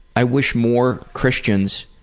i wish more christians